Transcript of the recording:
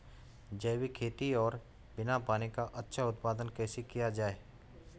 जैविक खेती और बिना पानी का अच्छा उत्पादन कैसे किया जाए?